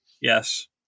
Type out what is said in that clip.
yes